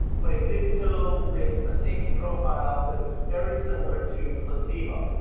but it did so with a safety profile that was very similar to placebo.